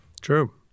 true